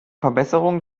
verbesserung